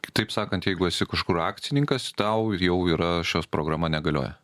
kitaip sakant jeigu esi kažkur akcininkas tau jau yra šios programa negalioja